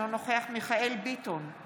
אינו נוכח מיכאל מרדכי ביטון,